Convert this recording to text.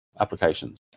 applications